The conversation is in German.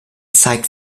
zeigt